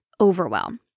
overwhelm